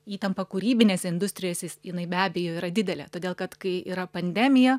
įtampa kūrybinėse industrijose jinai be abejo yra didelė todėl kad kai yra pandemija